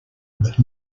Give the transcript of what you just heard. but